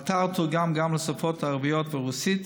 האתר תורגם גם לשפות הערבית והרוסית,